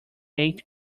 eight